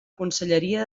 conselleria